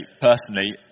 personally